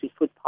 food